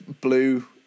Blue